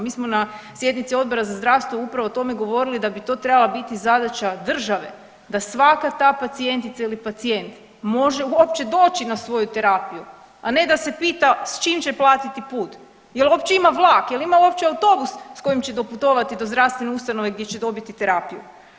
Mi smo na sjednici Odbora za zdravstvo upravo o tome govorili da bi to trebala biti zadaća države, da svaka ta pacijentica ili pacijent može uopće doći na svoju terapiju, a ne da se pita s čim će platiti put je li uopće ima vlak, je li ima uopće autobus s kojim će doputovati do zdravstvene ustanove gdje će dobiti terapiju.